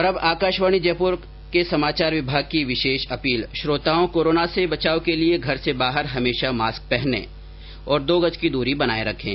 और अब आकाशवाणी जयपुर के समाचार विभाग की विशेष अपील श्रोताओं कोरोना से बचाव के लिए घर से बाहर हमेशा मास्क पहने और दो गज की दूरी बनाए रखें